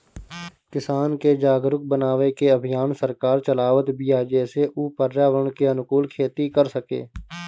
किसान के जागरुक बनावे के अभियान सरकार चलावत बिया जेसे उ पर्यावरण के अनुकूल खेती कर सकें